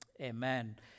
Amen